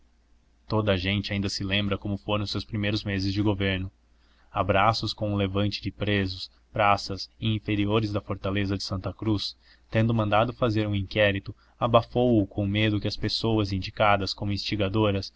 toda a gente ainda se lembra como foram os seus primeiros meses de governo a braços com o levante de presos praças e inferiores da fortaleza de santa cruz tendo mandado fazer um inquérito abafou o com medo que as pessoas indicadas como instigadoras